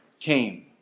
came